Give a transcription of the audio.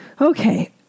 Okay